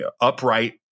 upright